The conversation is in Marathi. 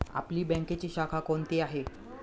आपली बँकेची शाखा कोणती आहे